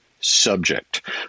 Subject